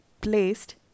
placed